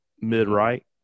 Mid-right